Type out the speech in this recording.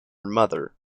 mother